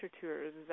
tours